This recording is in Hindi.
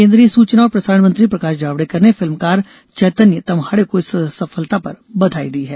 केन्द्रीय सूचना और प्रसारण मंत्री प्रकाश जावड़ेकर ने फिल्मकार चैतन्य तम्हाड़े को इस सफलता पर बधाई दी है